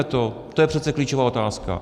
To je přece klíčová otázka.